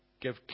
Give